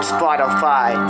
Spotify